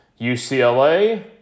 UCLA